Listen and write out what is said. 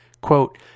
Quote